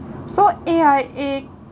so A_I_A